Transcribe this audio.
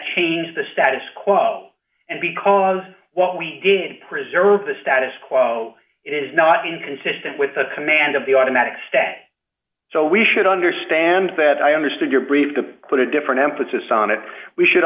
change the status quo and because what we did preserve the status quo is not inconsistent with a command of the automatic stay so we should understand that i understood your brief to put a different emphasis on it we should